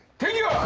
do the